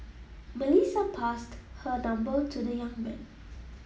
Melissa passed her number to the young man